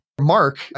Mark